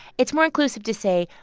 it's more inclusive to say,